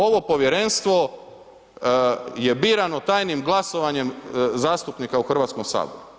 Ovo Povjerenstvo je birano tajnim glasovanjem zastupnika u Hrvatskom saboru.